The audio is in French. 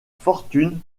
fortune